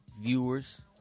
viewers